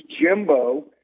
Jimbo